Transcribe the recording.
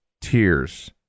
tears